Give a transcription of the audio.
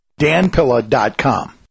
danpilla.com